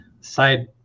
side